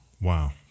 Wow